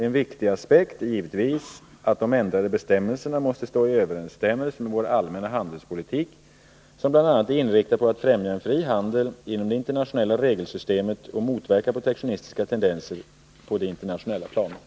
En viktig aspekt är givetvis att de ändrade bestämmelserna måste stå i överensstämmelse med vår allmänna handelspolitik som bl.a. är inriktad på att främja en fri handel inom det internationella regelsystemet och motverka protektionistiska tendenser på det internationella planet.